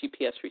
GPS